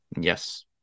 Yes